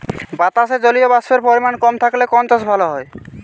বাতাসে জলীয়বাষ্পের পরিমাণ কম থাকলে কোন চাষ ভালো হয়?